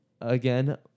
again